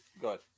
Good